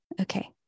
Okay